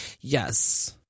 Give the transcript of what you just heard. yes